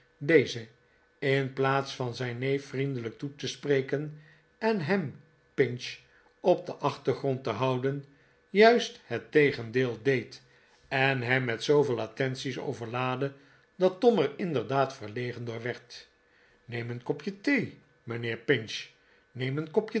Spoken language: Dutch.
deze in plaats van zijn neef vriendelijk toe te spreken en hem pinch op den achtergrond te houden juist het tegendeel deed en hem met zooveel attenties overlaadde dat tom er inderdaad verlegen door werd neem een kopje thee mijnheer pinch neem een